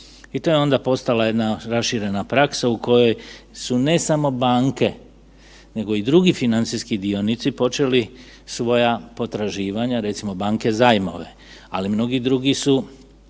I to je onda postala jedna raširena praksa u kojoj su, ne samo banke nego i drugi financijski dionici počeli svoja potraživanja, recimo, banke zajmove, ali mnogi drugi su